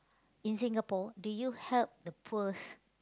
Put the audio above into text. in Singapore do you help the poors